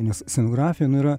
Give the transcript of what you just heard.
nes scenografija nu yra